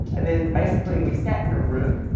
and then basically we sat in a room,